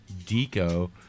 Deco